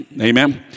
Amen